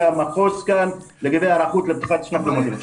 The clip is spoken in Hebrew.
המחוז כאן לגבי היערכות לפתיחת שנת הלימודים.